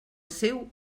seu